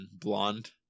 blonde